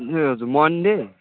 ए हजुर मन्डे